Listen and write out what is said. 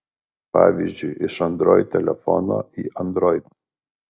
pavyzdžiui iš android telefono į android